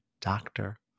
doctor